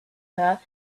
her